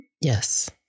yes